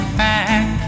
back